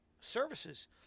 services